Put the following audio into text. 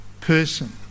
person